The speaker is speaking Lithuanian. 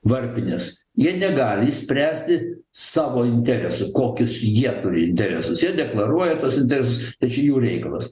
varpinės jie negali išspręsti savo interesų kokius jie turi interesus jie deklaruoja tuos interesus tai čia jų reikalas